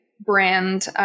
brand